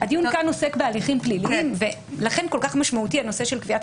עוסק בהליכים פליליים ולכן כל כך משמעותי הנושא של קביעת